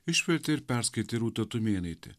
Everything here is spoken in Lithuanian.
išvertė ir perskaitė rūta tumėnaitė